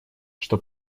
что